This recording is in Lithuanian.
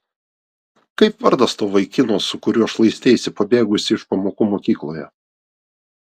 kaip vardas to vaikino su kuriuo šlaisteisi pabėgusi iš pamokų mokykloje